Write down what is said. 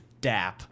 dap